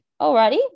Alrighty